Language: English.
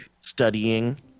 studying